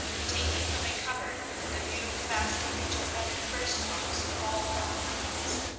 taking from a cupboard the beautiful basket which had been the first cause of all her unhappiness,